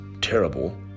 terrible